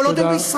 כל עוד הם בישראל.